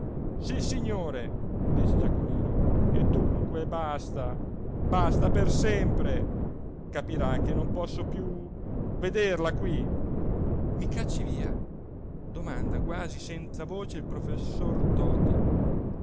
fidanzato sissignore dice giacomino e dunque basta basta per sempre capirà che non posso più vederla qui i cacci via domanda quasi senza voce il professor toti